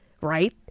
right